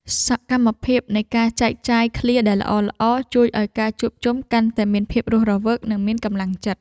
សកម្មភាពនៃការចែកចាយឃ្លាដែលល្អៗ ជួយឱ្យការជួបជុំកាន់តែមានភាពរស់រវើក និងមានកម្លាំងចិត្ត។